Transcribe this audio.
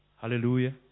Hallelujah